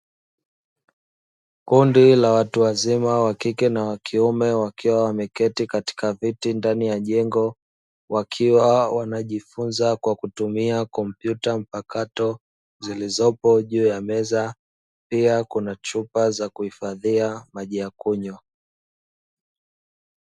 Kundi la watu wazima wakike na wakiume wakiwa wameketi katika viti ndani ya jengo, wakiwa wanajifunza kwa kutumia kompyuta mpakato zilizopo juu ya meza, pia kuna chupa za kuhifadhia maji ya kunywa.